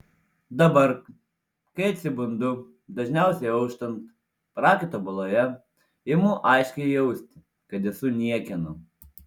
dabar kai atsibundu dažniausiai auštant prakaito baloje imu aiškiai jausti kad esu niekieno